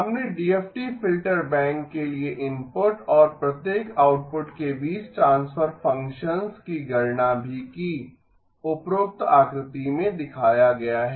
हमने DFT filter bank के लिए इनपुट और प्रत्येक आउटपुट के के बीच ट्रान्सफर फंक्शन्स की गणना भी की उपरोक्त आकृति में दिखाया गया है